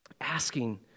asking